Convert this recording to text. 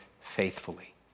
faithfully